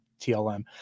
TLM